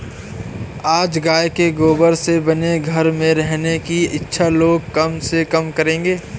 आज गाय के गोबर से बने घर में रहने की इच्छा लोग कम से कम करेंगे